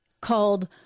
called